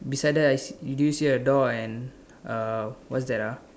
beside that I see do you see a door and uh what's that ah